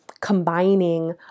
combining